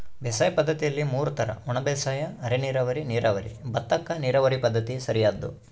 ಬೇಸಾಯ ಪದ್ದತಿಯಲ್ಲಿ ಮೂರು ತರ ಒಣಬೇಸಾಯ ಅರೆನೀರಾವರಿ ನೀರಾವರಿ ಭತ್ತಕ್ಕ ನೀರಾವರಿ ಪದ್ಧತಿ ಸರಿಯಾದ್ದು